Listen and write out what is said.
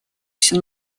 всю